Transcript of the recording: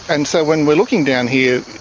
and so when we're looking down here,